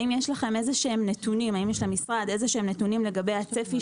האם יש למשרד איזשהם נתונים לגבי הצפי